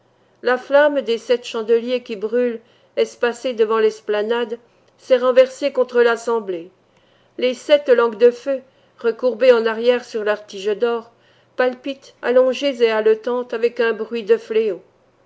la flamme des sept chandeliers qui brûlent espacés devant l'esplanade s'est renversée contre l'assemblée les sept langues de feu recourbées en arrière sur leurs tiges d'or palpitent allongées et haletantes avec un bruit de fléaux